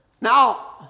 Now